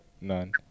None